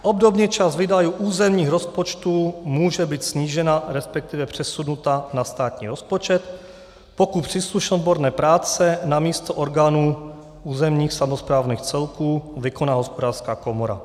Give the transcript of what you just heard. Obdobně část výdajů územních rozpočtů může být snížena, resp. přesunuta na státní rozpočet, pokud příslušné odborné práce namísto orgánů územních samosprávních celků vykoná Hospodářská komora.